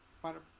para